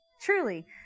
truly